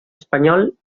espanyol